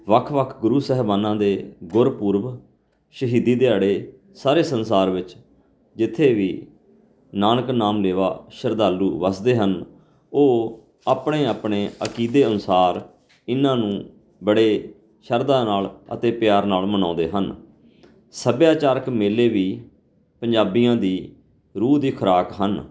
ਵੱਖ ਵੱਖ ਗੁਰੂ ਸਾਹਿਬਾਨਾਂ ਦੇ ਗੁਰਪੁਰਬ ਸ਼ਹੀਦੀ ਦਿਹਾੜੇ ਸਾਰੇ ਸੰਸਾਰ ਵਿੱਚ ਜਿੱਥੇ ਵੀ ਨਾਨਕ ਨਾਮ ਲੇਵਾ ਸ਼ਰਧਾਲੂ ਵੱਸਦੇ ਹਨ ਉਹ ਆਪਣੇ ਆਪਣੇ ਅਕੀਦੇ ਅਨੁਸਾਰ ਇਹਨਾਂ ਨੂੰ ਬੜੇ ਸ਼ਰਧਾ ਨਾਲ ਅਤੇ ਪਿਆਰ ਨਾਲ ਮਨਾਉਂਦੇ ਹਨ ਸੱਭਿਆਚਾਰਕ ਮੇਲੇ ਵੀ ਪੰਜਾਬੀਆਂ ਦੀ ਰੂਹ ਦੀ ਖੁਰਾਕ ਹਨ